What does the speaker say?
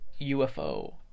UFO